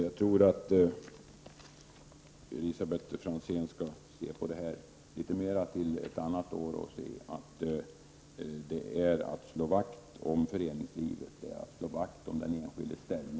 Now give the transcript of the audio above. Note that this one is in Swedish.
Jag tror att Elisabet Franzén, efter att ha studerat detta mera, till ett annat år kommer att inse att det handlar om att slå vakt om föreningslivet och den enskildes ställning.